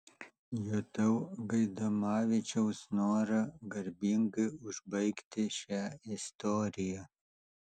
jutau gaidamavičiaus norą garbingai užbaigti šią istoriją